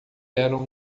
eram